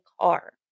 car